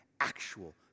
actual